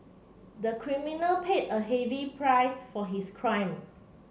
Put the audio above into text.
the criminal paid a heavy price for his crime